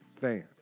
fan